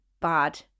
bad